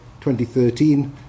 2013